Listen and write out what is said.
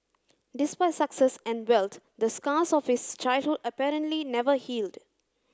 despite success and wealth the scars of his childhood apparently never healed